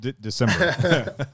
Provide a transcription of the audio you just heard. December